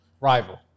Rival